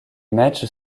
matchs